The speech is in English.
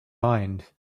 mind